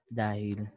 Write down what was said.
dahil